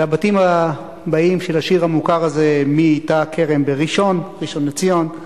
הבתים הבאים של השיר המוכר הזה: "מי ייטע כרם בראשון" ראשון-לציון,